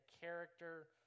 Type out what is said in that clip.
character